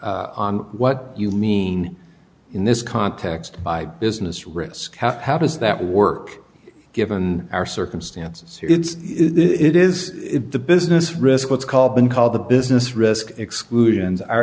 help on what you mean in this context by business risk how does that work given our circumstances it is the business risk what's called been called the business risk exclusions are